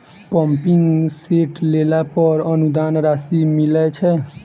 Pumping set लेला पर अनुदान राशि मिलय छैय?